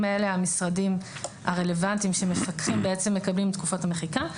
האלה המשרדים הרלוונטיים שמפקחים מקבלים את תקופת המחיקה.